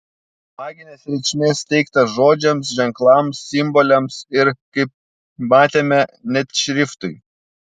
maginės reikšmės teikta žodžiams ženklams simboliams ir kaip matėme net šriftui